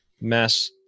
mass